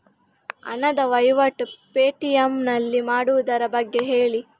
ಹಣದ ವಹಿವಾಟು ಪೇ.ಟಿ.ಎಂ ನಲ್ಲಿ ಮಾಡುವುದರ ಬಗ್ಗೆ ಹೇಳಿ